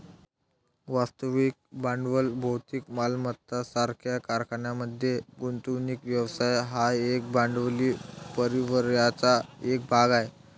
वास्तविक भांडवल भौतिक मालमत्ता सारख्या कारखान्यांमध्ये गुंतवणूक व्यवसाय हा एकूण भांडवली परिव्ययाचा एक भाग आहे